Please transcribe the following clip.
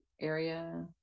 area